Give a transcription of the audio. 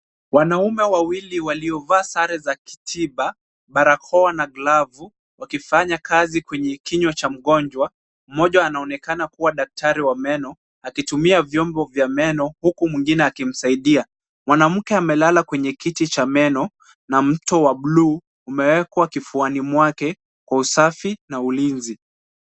Wanaume wawili waliovaa sare za kitiba, barakoa na glavu wakifanya kazi kwenye kinywa cha mgonjwa. Mmoja anaonekana kuwa daktari wa meno akitumia vyombo vya meno huku mwingine akimsaidia. Mwanamke amelala kwenye kiti cha meno na mto wa buluu umewekwa kifuani mwake kwa usafi na ulinzi.